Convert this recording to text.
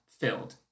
filled